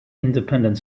independent